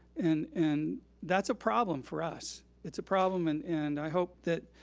and and that's a problem for us. it's a problem, and and i hope that